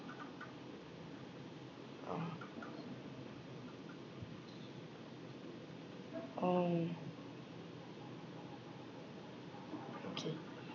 orh orh okay